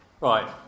Right